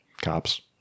cops